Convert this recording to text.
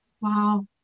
Wow